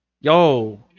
Yo